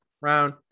round